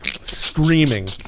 Screaming